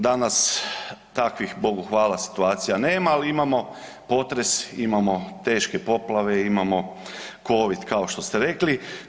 Danas takvih, Bogu hvala, situacija nema, ali imamo potres, imamo teške poplave, imamo covid kao što ste rekli.